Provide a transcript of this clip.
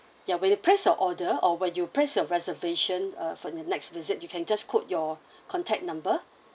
ya when you place your order or when you place your reservation uh for the next visit you can just quote your contact number